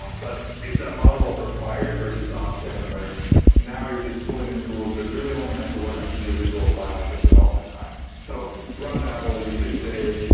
um but it's that model of required versus opt-in, where now you're just pulling in tools that really only have to work on individual files at development time so run babel, you hit save.